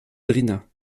drina